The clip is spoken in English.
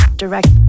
direct